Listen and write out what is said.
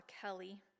Kelly